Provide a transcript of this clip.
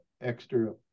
extra